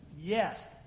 Yes